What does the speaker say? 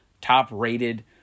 top-rated